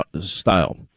style